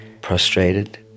prostrated